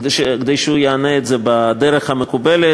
כדי שהוא יענה על זה בדרך המקובלת,